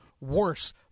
worse